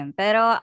pero